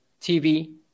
tv